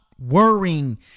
worrying